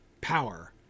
power